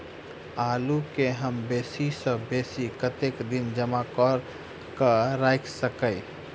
आलु केँ हम बेसी सऽ बेसी कतेक दिन जमा कऽ क राइख सकय